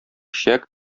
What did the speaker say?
чәк